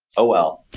oh, well.